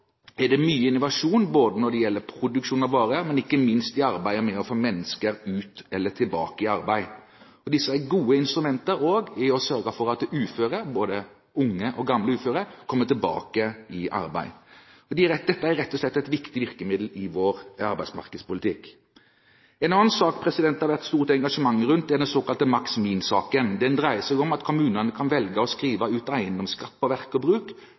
er det mye innovasjon både når det gjelder produksjon av varer, og ikke minst i arbeidet med å få mennesker ut eller tilbake i arbeid. Disse er gode instrumenter også for å sørge for at både unge og gamle uføre kommer tilbake i arbeid. Dette er rett og slett et viktig virkemiddel i vår arbeidsmarkedspolitikk. En annen sak det har vært stort engasjement rundt, er den såkalte maks-min-saken. Den dreier seg om at kommunene kan velge å skrive ut eiendomsskatt på verk og bruk,